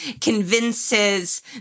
convinces